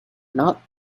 not